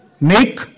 make